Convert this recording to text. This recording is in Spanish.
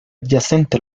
adyacente